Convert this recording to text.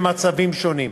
במצבים שונים.